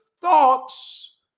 thoughts